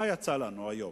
מה יצא לנו היום?